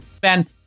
Ben